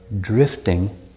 drifting